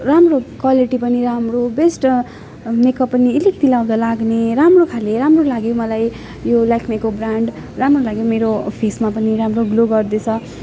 राम्रो क्वालिटी पनि राम्रो बेस्ट मेकअप पनि अलिकति लगाउँदा लाग्ने राम्रो खाले राम्रो लाग्यो मलाई यो लेक्मीको ब्रान्ड राम्रो लाग्यो मेरो फेसमा पनि राम्रो ग्लो गर्दैछ